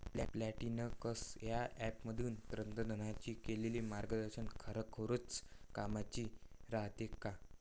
Plantix या ॲपमधील तज्ज्ञांनी केलेली मार्गदर्शन खरोखरीच कामाचं रायते का?